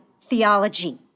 theology